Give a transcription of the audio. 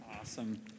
Awesome